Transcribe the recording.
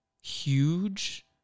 huge